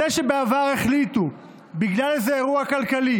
זה שבעבר החליטו בגלל איזה אירוע כלכלי